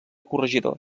corregidor